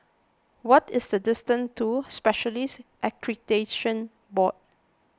what is the distance to Specialists Accreditation Board